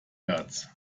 märz